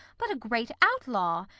but a great outlaw,